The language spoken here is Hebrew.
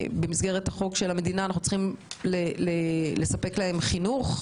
במסגרת החוק של המדינה אנחנו צריכים לספק להם חינוך,